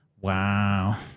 Wow